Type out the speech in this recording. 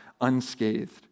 unscathed